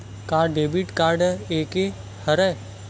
का debit credit एके हरय?